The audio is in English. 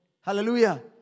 Hallelujah